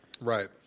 Right